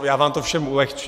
Já vám to všem ulehčím.